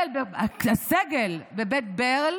הסגל בבית ברל